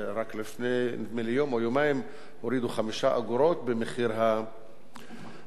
ורק לפני יום או יומיים הורידו 5 אגורות ממחיר הדלק,